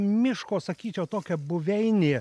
miško sakyčiau tokia buveinė